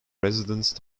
residence